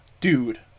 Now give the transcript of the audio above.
Dude